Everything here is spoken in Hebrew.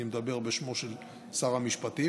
אני מדבר בשמו של שר המשפטים,